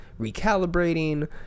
recalibrating